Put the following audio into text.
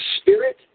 Spirit